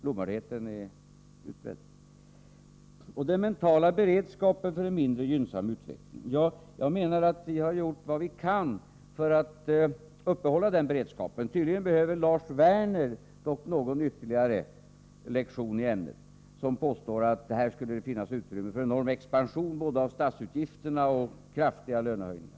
Lomhördheten är utbredd! I fråga om den mentala beredskapen för en mindre gynnsam utveckling menar jag att vi gjort vad vi kan för att uppehålla den beredskapen. Tydligen behöver Lars Werner någon ytterligare lektion i ämnet, när han påstår att här skulle finnas utrymme för både en expansion av statsutgifterna och kraftiga lönehöjningar.